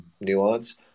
nuance